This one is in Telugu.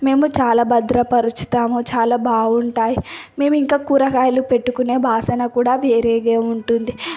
మేము చాలా భద్రపరుచుతాము చాలా బావుంటాయి మేమింకా కూరగాయలు పెట్టుకునే బాసన కూడా వేరేగా ఉంటుంది